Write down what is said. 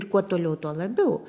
ir kuo toliau tuo labiau